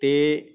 ते